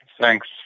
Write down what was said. Thanks